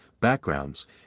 backgrounds